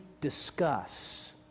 discuss